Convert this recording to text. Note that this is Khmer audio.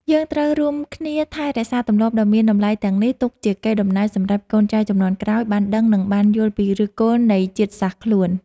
យើងត្រូវរួមគ្នាថែរក្សាទម្លាប់ដ៏មានតម្លៃទាំងនេះទុកជាកេរដំណែលសម្រាប់កូនចៅជំនាន់ក្រោយបានដឹង និងបានយល់ពីឫសគល់នៃជាតិសាសន៍ខ្លួន។